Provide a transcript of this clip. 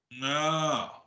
No